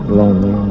lonely